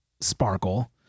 sparkle